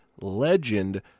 legend